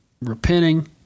repenting